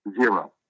Zero